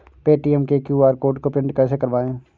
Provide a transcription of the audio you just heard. Paytm के QR code को print कैसे करवाएँ?